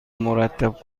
مرتب